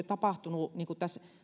tapahtunut tässä